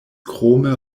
krome